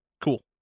cool